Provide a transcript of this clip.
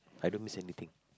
I don't miss anything